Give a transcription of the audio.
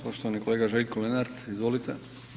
Poštovani kolega Željko Lenart, izvolite.